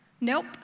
nope